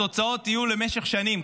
התוצאות יהיו למשך שנים.